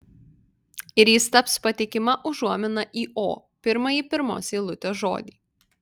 ir jis taps patikima užuomina į o pirmąjį pirmos eilutės žodį